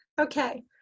okay